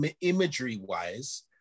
imagery-wise